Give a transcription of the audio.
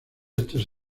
estos